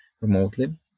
remotely